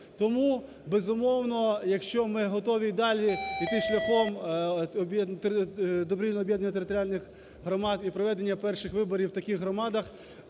Тому, безумовно, якщо ми готові і далі йти шляхом добровільного об'єднання територіальних громад і проведення перших виборів в таких громадах,